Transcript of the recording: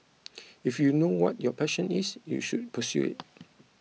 if you know what your passion is you should pursue it